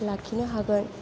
लाखिनो हागोन